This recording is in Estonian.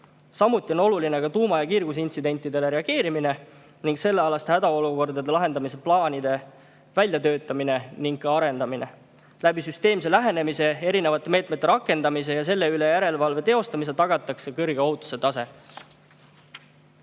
Samuti on oluline tuuma‑ ja kiirgusintsidentidele reageerimine ning selliste hädaolukordade lahendamise plaanide väljatöötamine ja arendamine. Süsteemse lähenemise, erinevate meetmete rakendamise ja selle üle järelevalve teostamise kaudu tagatakse ohutuse kõrge tase.